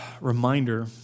reminder